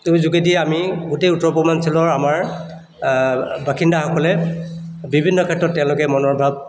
টোৰ যোগেদি আমি গোটেই উত্তৰ পূৰ্বাঞ্চলৰ আমাৰ বাসিন্দাসকলে বিভিন্ন ক্ষেত্ৰত তেওঁলোকে মনৰ ভাব